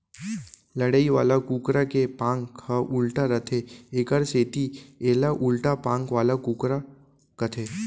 लड़ई वाला कुकरा के पांख ह उल्टा रथे एकर सेती एला उल्टा पांख वाला कुकरा कथें